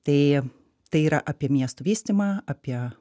tai tai yra apie miestų vystymą apie